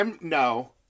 No